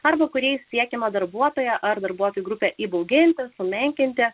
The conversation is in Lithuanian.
arba kuriais siekiama darbuotoją ar darbuotojų grupę įbauginti sumenkinti